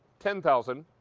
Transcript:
ten thousand.